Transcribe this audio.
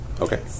Okay